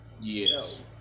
Yes